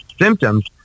symptoms